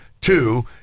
two